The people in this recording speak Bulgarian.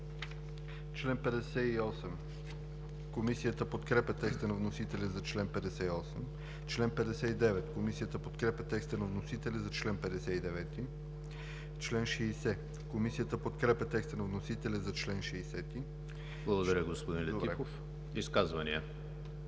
Благодаря, господин Летифов. Изказвания?